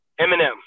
Eminem